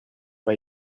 pas